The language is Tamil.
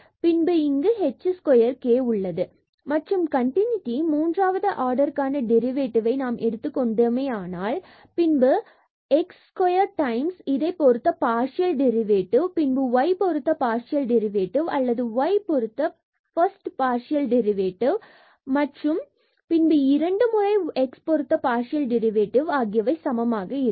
பின்பு இங்கு h square k நம்மிடம் உள்ளது மற்றும் கண்டினூட்டி மூன்றாவது ஆர்டர்க்கான டெரிவேடிவ்களை நாம் எடுத்துக் கொண்டோமானால் பின்பு x 2 times இதை பொருத்த பார்சியல் டெரிவேட்டிவ் பின்பு y பொருத்த பார்சியல் டெரிவேட்டிவ் அல்லது y பொருத்த ஃபர்ஸ்ட் பார்சியல் டெரிவேட்டிவ் மற்றும் பின்பு இரண்டு முறை x பொருத்த பார்சியல் டெரிவேட்டிவ் ஆகியவை சமமாக இருக்கும்